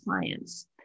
clients